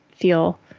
feel